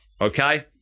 okay